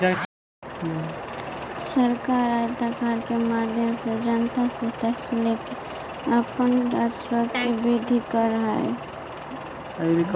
सरकार आयकर के माध्यम से जनता से टैक्स लेके अपन राजस्व के वृद्धि करऽ हई